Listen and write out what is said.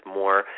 more